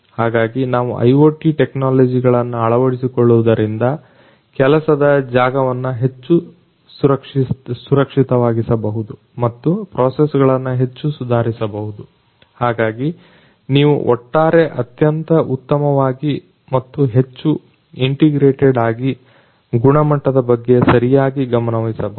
ಹಾಗಾಗಿ ನಾವು IoT ಟೆಕ್ನಾಲಜಿಗಳನ್ನ ಅಳವಡಿಸಿಕೊಳ್ಳುವುದರಿಂದ ಕೆಲಸದ ಜಾಗವನ್ನ ಹೆಚ್ಚು ಸುರಕ್ಷಿತವಾಗಿಸಬಹುದು ಮತ್ತು ಪ್ರೊಸೆಸ್ಗಳನ್ನ ಹೆಚ್ಚು ಸುಧಾರಿಸಬಹುದು ಹಾಗಾಗಿ ನೀವು ಒಟ್ಟಾರೆ ಅತ್ಯಂತ ಉತ್ತಮವಾಗಿ ಮತ್ತು ಹೆಚ್ಚು ಇಂಟಿಗ್ರೇಟೆಡ್ ಆಗಿ ಗುಣಮಟ್ಟದ ಬಗ್ಗೆ ಸರಿಯಾಗಿ ಗಮನವಹಿಸಬಹುದು